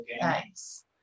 Nice